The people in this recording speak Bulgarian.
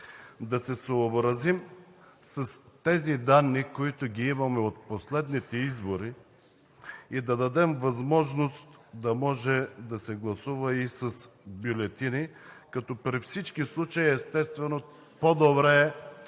да се съобразим с тези данни, които имаме от последните избори и да дадем възможност на може да се гласува и с бюлетини, като при всички случаи, естествено, по-добре е